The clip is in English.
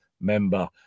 member